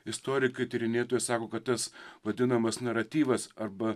istorikai tyrinėtojai sako kad jis vadinamas naratyvas arba